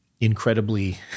incredibly